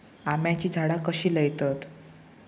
आम्याची झाडा कशी लयतत?